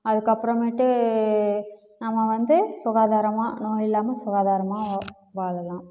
அதுக்கப்புறமேட்டு நம்ம வந்து சுகாதாரமாக நோய் இல்லாமல் சுகாதாரமாக வாழலாம்